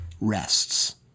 rests